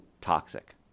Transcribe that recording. toxic